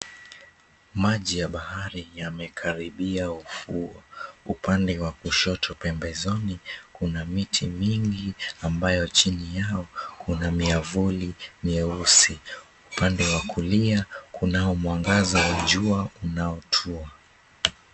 Maji ya bahari yamekaribia ufuoni. Upande wa kushoto pembezoni kuna miti mingi ambayo chini yao kuna miavuli mieusi. Upande wa kulia kunao mwangaza wa jua unaotua.